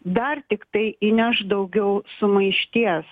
dar tiktai įneš daugiau sumaišties